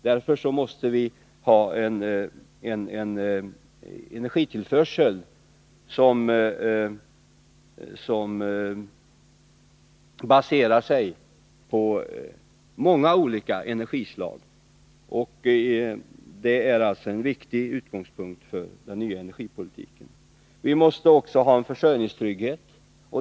Därför måste vi ha en energitillförsel som baserar sig på många olika energislag. Det är alltså en viktig utgångspunkt för den nya energipolitiken. Vi måste också ha försörjningstrygghet.